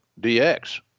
DX